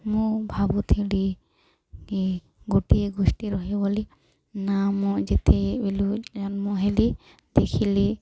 ମୁଁ ଭାବୁଥିଲି କି ଗୋଟିଏ ଗୋଷ୍ଠୀ ରହେ ବୋଲି ନା ମୁଁ ଯେତେ ବେଳୁ ଜନ୍ମ ହେଲି ଦେଖିଲି